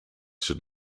should